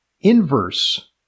inverse